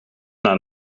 naar